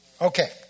Okay